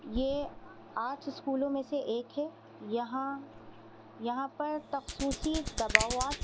یہ آرٹ اسکولوں میں سے ایک ہے یہاں یہاں پر مخصوص دباوٹ